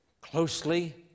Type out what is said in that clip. Closely